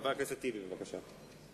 חבר הכנסת טיבי, בבקשה.